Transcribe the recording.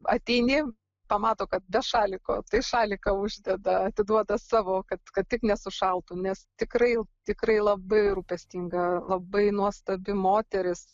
ateini pamato kad be šaliko tai šaliką uždeda atiduoda savo kad kad tik nesušaltum nes tikrai tikrai labai rūpestinga labai nuostabi moteris